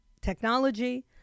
technology